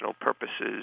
purposes